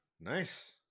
Nice